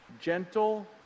gentle